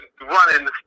running